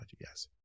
yes